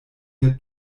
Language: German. der